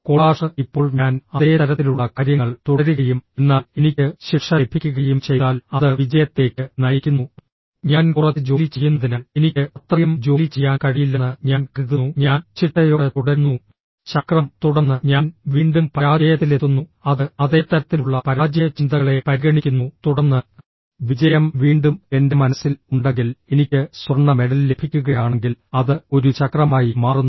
collage ഇപ്പോൾ ഞാൻ അതേ തരത്തിലുള്ള കാര്യങ്ങൾ തുടരുകയും എന്നാൽ എനിക്ക് ശിക്ഷ ലഭിക്കുകയും ചെയ്താൽ അത് വിജയത്തിലേക്ക് നയിക്കുന്നു ഞാൻ കുറച്ച് ജോലി ചെയ്യുന്നതിനാൽ എനിക്ക് അത്രയും ജോലി ചെയ്യാൻ കഴിയില്ലെന്ന് ഞാൻ കരുതുന്നു ഞാൻ ശിക്ഷയോടെ തുടരുന്നു ചക്രം തുടർന്ന് ഞാൻ വീണ്ടും പരാജയത്തിലെത്തുന്നു അത് അതേ തരത്തിലുള്ള പരാജയ ചിന്തകളെ പരിഗണിക്കുന്നു തുടർന്ന് വിജയം വീണ്ടും എന്റെ മനസ്സിൽ ഉണ്ടെങ്കിൽ എനിക്ക് സ്വർണ്ണ മെഡൽ ലഭിക്കുകയാണെങ്കിൽ അത് ഒരു ചക്രമായി മാറുന്നു